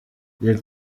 lil